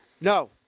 No